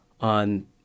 on